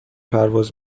پرواز